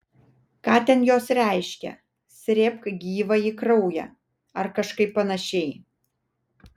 ką ten jos reiškia srėbk gyvąjį kraują ar kažkaip panašiai